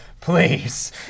please